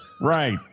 Right